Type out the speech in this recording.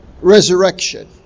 resurrection